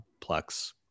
plex